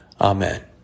Amen